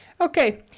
Okay